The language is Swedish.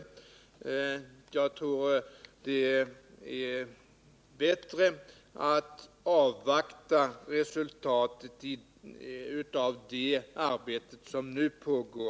Jag vill på den ställda frågan svara, att jag tror att det är bättre att avvakta resultatet av det arbete som således redan pågår.